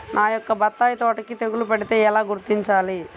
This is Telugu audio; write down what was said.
నా యొక్క బత్తాయి తోటకి తెగులు పడితే ఎలా గుర్తించాలి?